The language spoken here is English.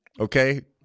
Okay